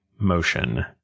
motion